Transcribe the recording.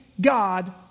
God